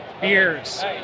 beers